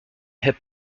hip